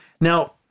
now